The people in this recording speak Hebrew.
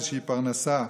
איזושהי פרנסה.